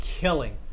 killing